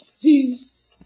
please